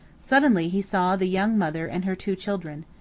suddenly he saw the young mother and her two children.